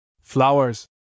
Flowers